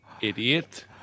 Idiot